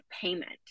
payment